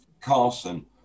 Carson